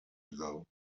ago